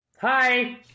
Hi